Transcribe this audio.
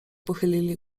pochylili